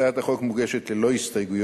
הצעת החוק מוגשת ללא הסתייגויות.